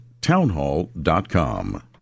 townhall.com